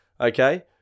Okay